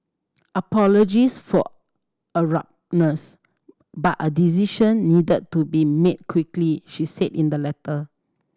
apologies for but a decision needed to be made quickly she said in the letter